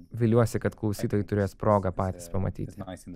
viliuosiu kad klausytojai turės progą patys pamatyti